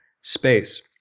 space